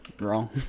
wrong